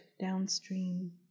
downstream